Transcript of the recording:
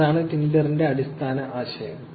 അതാണ് ടിൻഡറിന്റെ അടിസ്ഥാന ആശയം